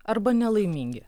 arba nelaimingi